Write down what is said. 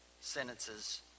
sentences